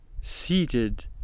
seated